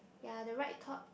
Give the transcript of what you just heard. ya the right top it